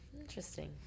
Interesting